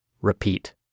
repeat